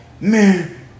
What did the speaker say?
man